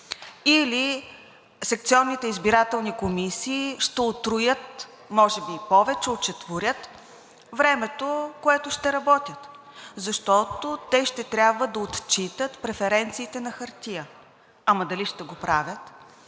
или секционните избирателни комисии ще утроят, може би и повече – учетворят, времето, в което ще работят, защото те ще трябва да отчитат преференциите на хартия. Ама дали ще го правят?